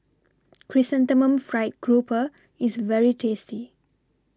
Chrysanthemum Fried Grouper IS very tasty